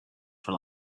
for